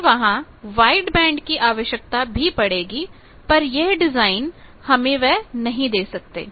हमें वहां white band की आवश्यकता भी पड़ेगी पर यह डिजाइन हमें वह नहीं दे सकते